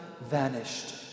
vanished